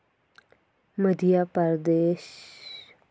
Madhya Pradesh